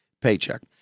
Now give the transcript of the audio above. paycheck